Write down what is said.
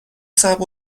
صعب